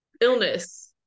illness